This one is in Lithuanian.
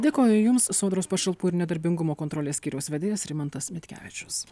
dėkoju jums sodros pašalpų ir nedarbingumo kontrolės skyriaus vedėjas rimantas mitkevičius